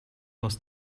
was